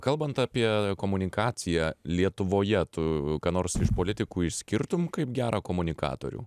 kalbant apie komunikaciją lietuvoje tu ką nors iš politikų išskirtum kaip gerą komunikatorių